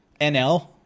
NL